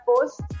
post